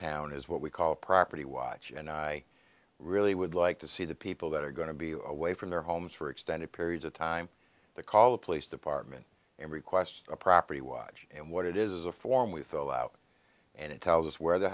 town is what we call property watch and i really would like to see the people that are going to be away from their homes for extended periods of time to call the police department and request a property watch and what it is a form with all out and it tells us where the